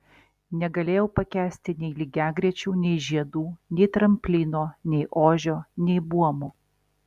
negalėjau pakęsti nei lygiagrečių nei žiedų nei tramplino nei ožio nei buomo